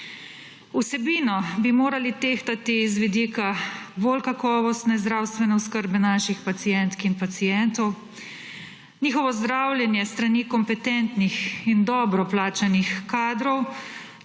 Vsebino bi morali tehtati z vidika bolj kakovostne zdravstvene oskrbe naših pacientk in pacientov, njihovo zdravljenje s strani kompetentnih in dobro plačanih kadrov